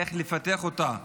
איך לפתח אותה,